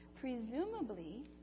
presumably